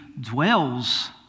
dwells